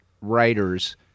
writers